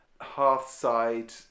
hearthside